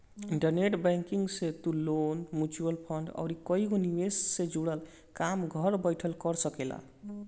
internet banking से तू loan, mutual fund अउरी कईगो निवेश से जुड़ल काम घर बैठल कर सकेला